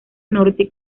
norte